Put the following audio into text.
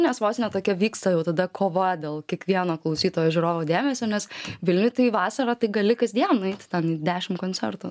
nes vos ne tokia vyksta jau tada kova dėl kiekvieno klausytojo žiūrovo dėmesio nes vilniuj tai vasarą tai gali kas dieną nueiti ten dešim koncertų